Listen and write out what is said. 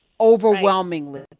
Overwhelmingly